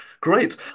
Great